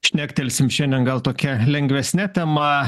šnektelsim šiandien gal tokia lengvesne tema